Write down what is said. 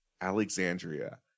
Alexandria